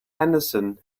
henderson